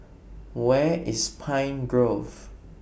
Where IS Pine Grove